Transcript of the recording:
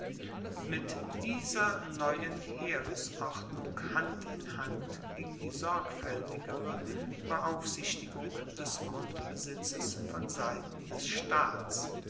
mit dieser neuen heeresordnung hand in hand ging die sorgfaeltigere beaufsichtigung des grundbesitzes von seiten des staats